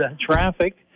traffic